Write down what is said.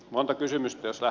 monta kysymystä